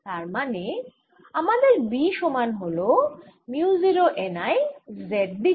তার মানে আমাদের B সমান হল মিউ 0 n I z দিকে